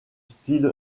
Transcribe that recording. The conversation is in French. style